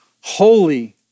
holy